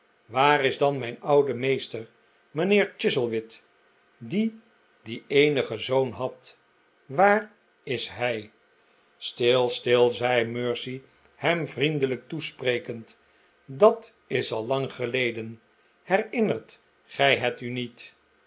waar is dan mij n oude meester mijnheer chuzzlewit die dien eenigen zoon had waar is hij r stil stil zei mercy hem vriendelijk toesprekend dat is al lang geleden herinnert gij het u niet